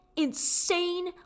insane